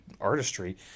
artistry